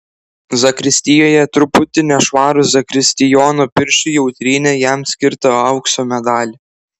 zakristijoje truputį nešvarūs zakristijono pirštai jau trynė jam skirtą aukso medalį